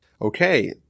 okay